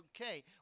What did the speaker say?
Okay